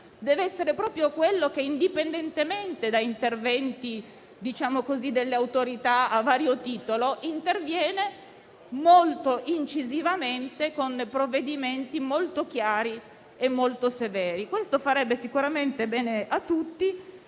di cui rivendico l'autonomia, indipendentemente da interventi delle autorità a vario titolo, debba intervenire incisivamente con provvedimenti molto chiari e molto severi. Questo farebbe sicuramente bene a tutti.